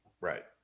Right